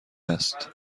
است